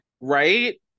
right